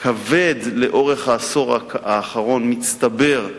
מצטבר כבד לאורך העשור האחרון, מצטבר,